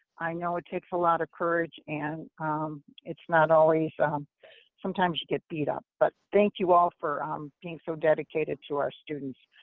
i know it takes a lot of courage and it's not always um sometimes you get beat up, but thank you all for being so dedicated to our students.